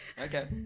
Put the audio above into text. Okay